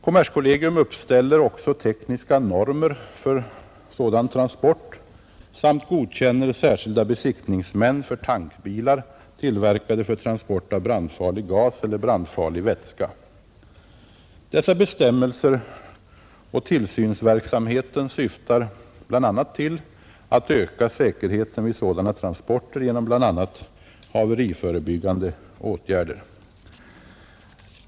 Kommerskollegium uppställer också tekniska normer för sådan transport samt godkänner särskilda besiktningsmän för tankbilar tillverkade för transport av brandfarlig gas eller brandfarlig vätska. Dessa bestämmelser och tillsynsverksamheten syftar bl.a. till att öka säkerheten vid sådana transporter genom bl.a. haveriförebyggande åtgärder.